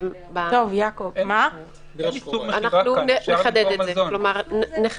אנחנו נחדד את זה בתקנות.